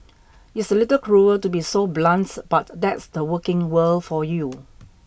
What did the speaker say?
it's a little cruel to be so blunt but that's the working world for you